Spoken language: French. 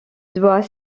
doit